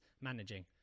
managing